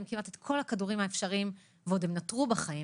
כמעט את כל הכדורים האפשריים והם נותרו בחיים